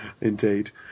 indeed